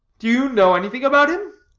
do you know anything about him?